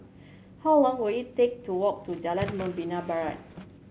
how long will it take to walk to Jalan Membina Barat